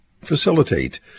facilitate